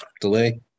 delay